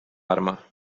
arma